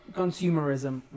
consumerism